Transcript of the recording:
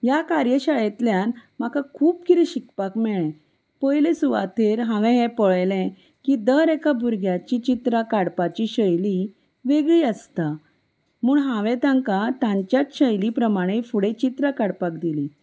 ह्या कार्यशाळेंतल्यान म्हाका खूब किदें शिकपाक मेळ्ळें पयले सुवातेर हांवें हें पळयलें की दर एका भुरग्याची चित्रां काडपाची शैली वेगळी आसता म्हूण हांवें तांकां तांच्याच शैली प्रमाणे फुडें चित्रां काडपाक दिलीं